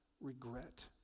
regret